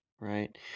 Right